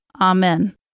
Amen